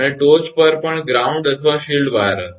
અને ટોચ પર પણ ગ્રાઉન્ડ અથવા શીલ્ડ વાયર હશે